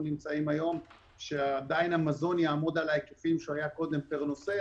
נמצאים היום שעדיין המזון יעמוד על ההיקפים שהיה קודם פר נוסע